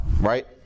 Right